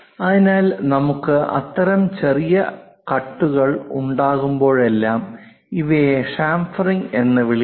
അതിനാൽ നമുക്ക് അത്തരം ചെറിയ കട്ടുകൾ ഉണ്ടാകുമ്പോഴെല്ലാം ഇവയെ ചാംഫെറിംഗ് എന്ന് വിളിക്കുന്നു